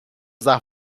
usar